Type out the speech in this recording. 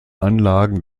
anlagen